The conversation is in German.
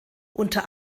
unter